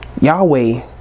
Yahweh